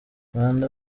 rwanda